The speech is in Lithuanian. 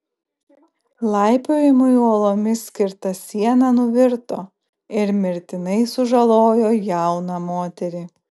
laipiojimui uolomis skirta siena nuvirto ir mirtinai sužalojo jauną moterį